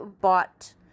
bought